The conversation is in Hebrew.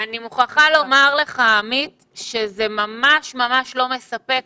אני מוכרחה לומר לך שזה ממש לא מספק,